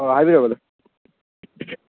ꯑꯣ ꯍꯥꯏꯕꯤꯔꯣ ꯕ꯭ꯔꯗꯔ